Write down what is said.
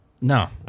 no